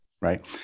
right